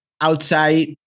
outside